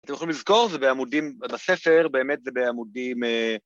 אתם יכולים לזכור, זה בעמודים, בספר, באמת זה בעמודים אה...